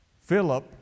Philip